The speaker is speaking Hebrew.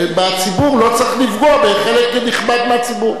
ולא צריך לפגוע בחלק נכבד מהציבור.